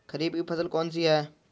खरीफ की फसल कौन सी है?